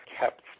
kept